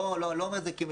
אני לא אומר את זה כפרגון.